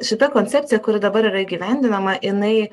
šita koncepcija kuri dabar yra įgyvendinama jinai